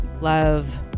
love